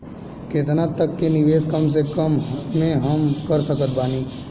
केतना तक के निवेश कम से कम मे हम कर सकत बानी?